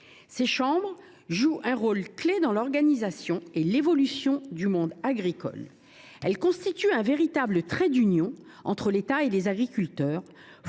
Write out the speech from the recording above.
Ces dernières jouent un rôle clé dans l’organisation et l’évolution du monde agricole. Elles constituent un véritable trait d’union entre l’État et les agriculteurs.